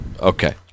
Okay